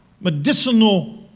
medicinal